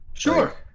Sure